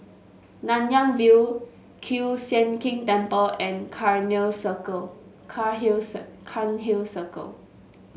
Nanyang View Kiew Sian King Temple and Cairnhill Circle